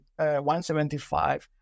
175